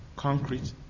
concrete